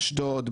אשדוד,